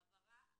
העברה,